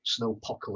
snowpocalypse